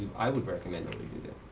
i would recommend that